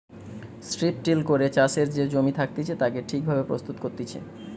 strip till করে চাষের যে জমি থাকতিছে তাকে ঠিক ভাবে প্রস্তুত করতিছে